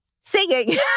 Singing